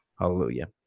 hallelujah